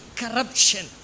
corruption